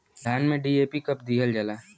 धान में डी.ए.पी कब दिहल जाला?